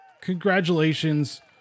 congratulations